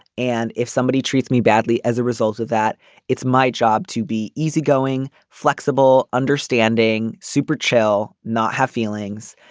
and if somebody treats me badly as a result of that it's my job to be easygoing flexible understanding supercell not have feelings.